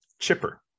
Chipper